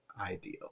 ideal